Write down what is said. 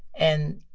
and